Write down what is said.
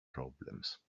problems